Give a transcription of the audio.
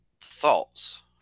thoughts